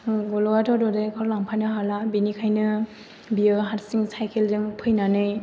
गल'आथ' ददेरेखौ लांफानो हाला बेनिखायनो बियो हारसिं साइकेलजों फैनानै